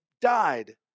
died